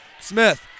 Smith